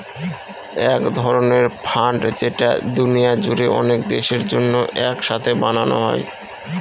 এক ধরনের ফান্ড যেটা দুনিয়া জুড়ে অনেক দেশের জন্য এক সাথে বানানো হয়